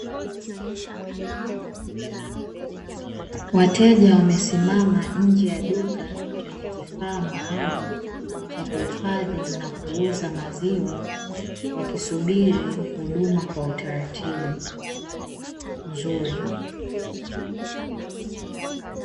Wateja wamesimama nje ya duka lenye kifaa maalumu cha kuhifadhi na kuuza maziwa, wakisubiri huduma kwa utaratibu mzuri.